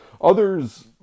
Others